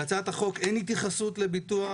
בהצעת החוק אין התייחסות לביטוח.